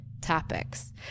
topics